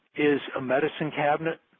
is a medicine cabinet